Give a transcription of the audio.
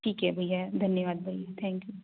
ठीक है भैया धन्यवाद भैया थैंक यू